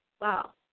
wow